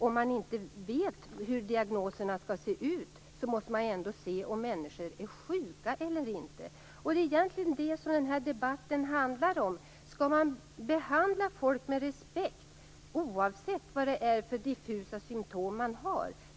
Om man inte vet hur diagnoserna skall se ut måste man ändå se om människor är sjuka eller inte. Det är egentligen detta som denna debatt handlar om, dvs. om man skall behandla folk med respekt oavsett vilka diffusa symtom de har.